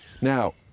Now